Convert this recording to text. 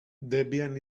debian